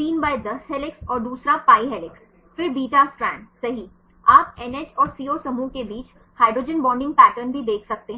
310 helix और दूसरा pi helix फिर बीटा स्ट्रैंड राइट आप NH और CO समूहों के बीच हाइड्रोजन बॉन्डिंग पैटर्न भी देख सकते हैं